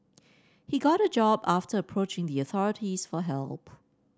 he got a job after approaching the authorities for help